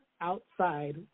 outside